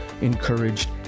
encouraged